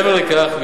מעבר לכך,